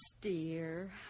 dear